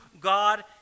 God